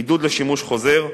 עידוד לשימוש חוזר,